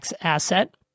asset